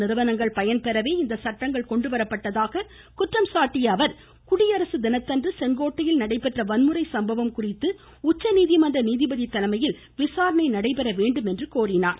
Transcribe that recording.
நிறுவனங்கள் பயன்பெறவே இந்த சட்டங்கள் கொண்டுவரப்பட்டதாக தனியார் குற்றம் சாட்டிய அவர் குடியரசு தினத்தன்று செங்கோட்டையில் நடைபெற்ற வன்முறை சம்பவம் குறித்து உச்சநீதிமன்ற நீதிபதி தலைமையில் விசாரணை நடைபெற வேண்டும் என்றும் கோரினார்